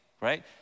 right